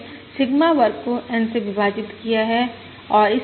हमने सिग्मा वर्ग को N से विभाजित किया है